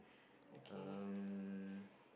um